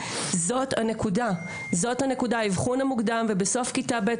זאת הנקודה האבחון המוקדם ובסוף כיתה ב',